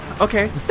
Okay